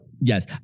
Yes